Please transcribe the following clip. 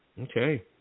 Okay